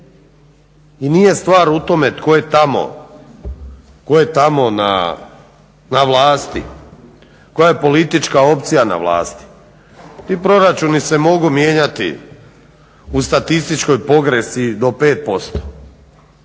I nije stvar u tome tko je tamo na vlasti, koja je politička opcija na vlasti. Ti proračuni se mogu mijenjati u statističkoj pogrešci i do 5%